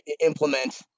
implement